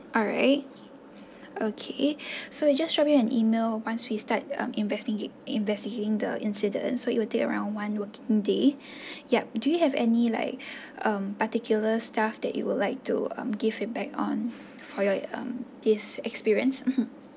alright okay so just drop you an email once we start um investigate investigating the incident so it will take around one working day yup do you have any like um particular staff that you would like to um give feedback on for your um this experience mmhmm